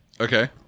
okay